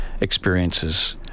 experiences